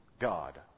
God